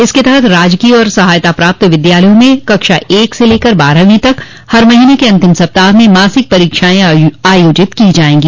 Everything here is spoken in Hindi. इसके तहत राजकीय एवं सहायता प्राप्त विद्यालयों में कक्षा एक से लेकर बारहवीं तक हर महीने के अंतिम सप्ताह में मासिक परीक्षांए आयोजित की जांएगी